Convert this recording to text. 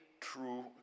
true